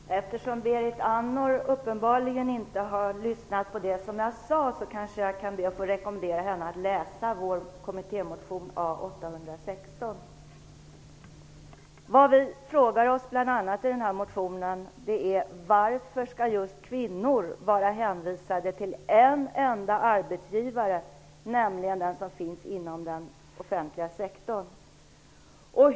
Herr talman! Eftersom Berit Andnor uppenbarligen inte har lyssnat på det som jag sade ber jag att få rekommendera henne att läsa vår kommittémotion I denna motion frågar vi oss bl.a. varför just kvinnor skall vara hänvisade till en enda arbetsgivare, nämligen den offentliga sektorn.